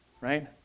right